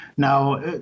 Now